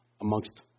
amongst